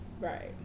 Right